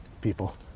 people